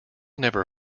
never